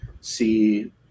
see